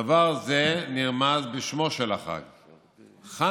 דבר זה נרמז בשמו של החג, חנוכה,